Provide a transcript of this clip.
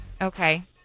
Okay